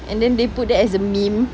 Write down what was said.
and then they put there as a meme